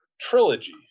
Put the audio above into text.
trilogy